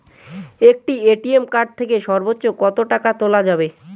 একটি ATM card থেকে সর্বোচ্চ কত টাকা তোলা যাবে?